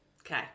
Okay